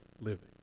living